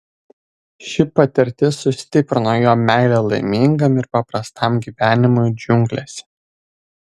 ši patirtis sustiprino jo meilę laimingam ir paprastam gyvenimui džiunglėse